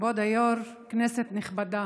כבוד היו"ר, כנסת נכבדה,